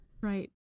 right